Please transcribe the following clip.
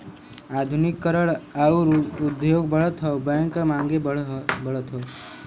आधुनिकी करण आउर उद्योग बढ़त हौ बैंक क मांगो बढ़त हौ